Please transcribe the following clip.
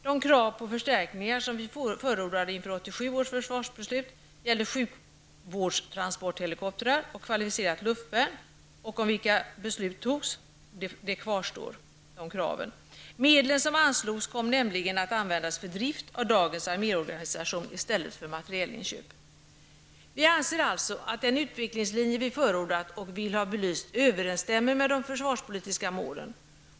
De krav på förstärkningar kvarstår som vi förordade inför 1987 års försvarsbeslut och som det fattades beslut om, nämligen sjukvårdstransporthelikoptrar och kvalificerat luftvärn. Medlen som anslogs kom nämligen att användas till drift när det gäller dagens arméorganisation i stället för till materielinköp. Vi anser alltså att den utvecklingslinje som vi har förordat och som vi vill ha belyst överensstämmer med de försvarspolitiska målen.